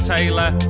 Taylor